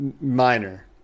minor